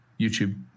YouTube